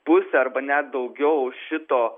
pusė arba net daugiau šito